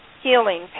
healing